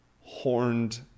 horned